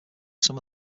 some